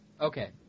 Okay